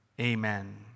Amen